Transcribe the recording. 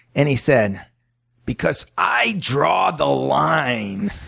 and he said because i draw the line.